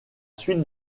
suite